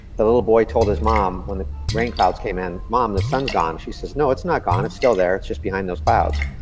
the little boy told his mom, when the rain clouds came in, mom, the sun's gone. she says, no, it's not gone, it's still there. it's just behind those clouds.